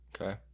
Okay